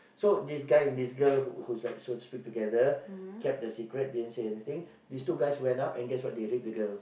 so this guy and this girl who's like so to speak together kept the secret didn't say anything these two guys went up and guess what they rape the girl